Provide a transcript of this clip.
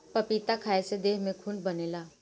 पपीता खाए से देह में खून बनेला